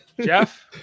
jeff